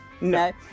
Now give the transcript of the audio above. No